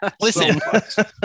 Listen